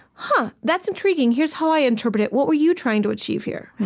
huh, that's intriguing. here's how i interpret it. what were you trying to achieve here?